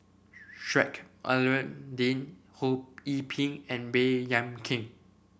Sheik Alau'ddin Ho Yee Ping and Baey Yam Keng